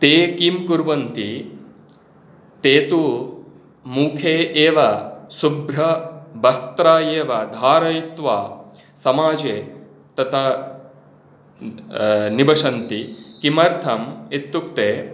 ते किं कुर्वन्ति ते तु मुखे एव शुभ्रवस्त्र एव धारयित्वा समाजे तथा निवसन्ति किमर्थम् इत्युक्ते